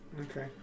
Okay